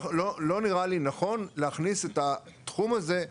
וזה לא נראה לי נכון להכניס את התחום של תווי